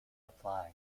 apply